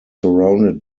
surrounded